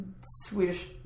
Swedish